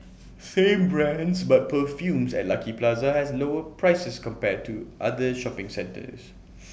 same brands but perfumes at Lucky Plaza has lower prices compared to other shopping centres